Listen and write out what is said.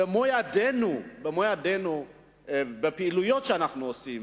במו-ידינו, בפעילויות שאנחנו עושים,